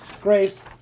grace